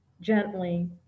gently